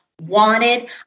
wanted